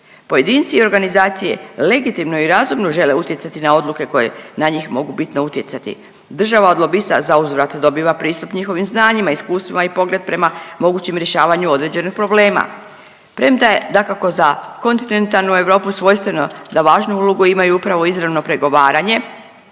Pojedinci i organizacije legitimno i razumno žele utjecati na odluke koje na njih mogu bitno utjecati. Država od lobista zauzvrat dobiva pristup njihovim znanjima, iskustvima i pogled prema mogućim rješavanju određenih problema. Premda je dakako za kontinentalnu Europu svojstveno da važnu ulogu imaju upravo izravno pregovaranje,